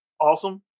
awesome